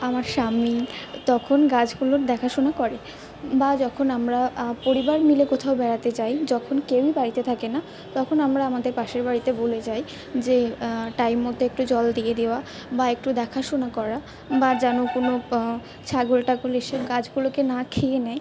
আমার স্বামী তখন গাছগুলোর দেখাশোনা করে বা যখন আমরা পরিবার মিলে কোথাও বেড়াতে যাই যখন কেউই বাড়িতে থাকে না তখন আমরা আমাদের পাশের বাড়িতে বলে যাই যে টাইম মতো একটু জল দিয়ে দেওয়া বা একটু দেখাশোনা করা বা যেন কোনো ছাগল টাগল এসে গাছগুলোকে না খেয়ে নেয়